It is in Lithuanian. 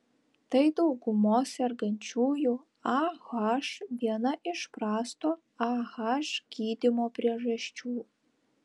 tai daugumos sergančiųjų ah viena iš prasto ah gydymo priežasčių